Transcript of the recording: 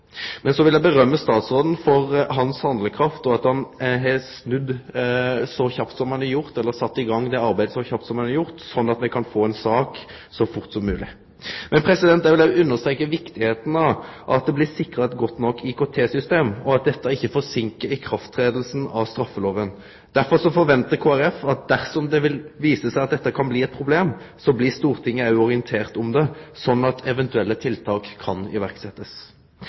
vil rose statsråden for handlekrafta hans, og for at han har sett i gang dette arbeidet så kjapt som han har gjort, sånn at me kan få ei sak så fort som mogleg. Eg vil òg understreke viktigheita av at det blir sikra eit godt nok IKT-system, slik at dette ikkje seinkar tida for når straffeloven tek til å gjelde. Derfor forventar Kristeleg Folkeparti at dersom det viser seg at dette kan bli eit problem, blir Stortinget orientert om det, sånn at eventuelle tiltak kan